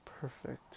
Perfect